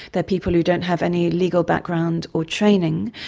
they're people who don't have any legal background or training.